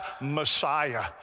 Messiah